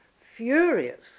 furious